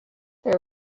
there